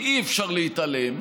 כי אי-אפשר להתעלם,